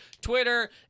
Twitter